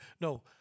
no